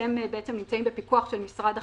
שהם בעצם נמצאים בפיקוח של משרד החינוך,